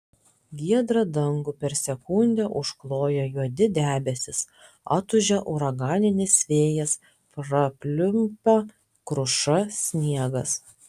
giedrą dangų per sekundę užkloja juodi debesys atūžia uraganinis vėjas prapliumpa kruša sniegas